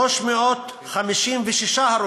356 הרוגים,